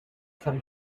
some